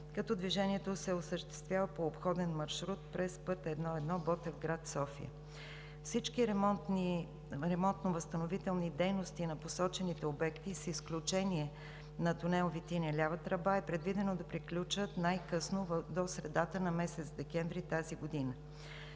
като движението се осъществява по обходен маршрут през път I-1 Ботевград – София. Всички ремонтно-възстановителни дейности на посочените обекти, с изключение на тунел „Витиня“ – лява тръба, е предвидено да приключат най-късно до средата на месец декември тази година.